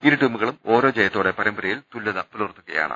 ഇരു ടീമുകളും ഓരോ ജയത്തോടെ പരമ്പരയിൽ തുല്യത പുലർത്തു കയാണ്